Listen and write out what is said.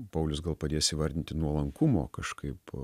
paulius gal padės įvardinti nuolankumo kažkaip